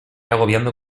agobiando